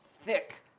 thick—